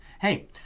hey